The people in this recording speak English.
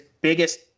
biggest